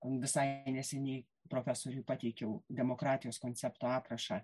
visai neseniai profesoriui pateikiau demokratijos koncepto aprašą